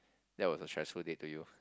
that was a stressful day to you